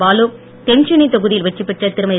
பாலு தென் சென்னை தொகுதியில் வெற்றிபெற்ற திருமதி